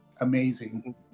amazing